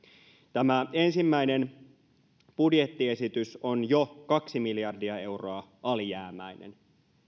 tämä ensimmäinen budjettiesitys on jo kaksi miljardia euroa alijäämäinen